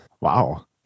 Wow